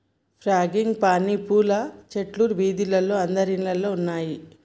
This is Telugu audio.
ఫ్రాంగిపానీ పూల చెట్లు వీధిలో అందరిల్లల్లో ఉన్నాయి